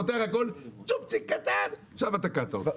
פותר הכול אבל צ'ופצ'יק קטן ושם תקעת אותו.